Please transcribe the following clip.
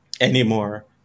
anymore